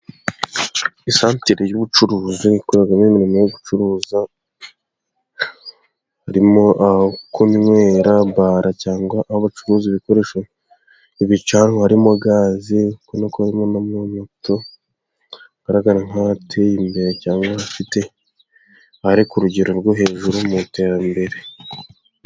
Isantere y'ubucuruzi ikorerwamo imirimo yo gucuruza, harimo aho kunywera bara cyangwa aho bacuruza ibikoresho ibicanwa harimo gaze, uri kubona ko harimo n'amamoto, bigaragara nk'ahateye imbere, cyangwa abafite ahari ku rugero rwo hejuru mu iterambere.